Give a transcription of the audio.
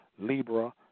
Libra